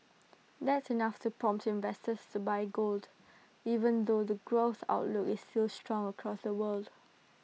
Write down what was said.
that's enough to prompt investors to buy gold even though the growth outlook is still strong across the world